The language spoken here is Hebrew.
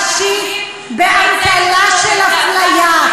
הגנבת אותם בחקיקה ראשית באמתלה של אפליה.